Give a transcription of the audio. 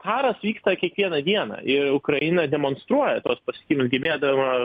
karas vyksta kiekvieną dieną ir ukraina demonstruoja tuos pasiekimus gebėdama